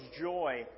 joy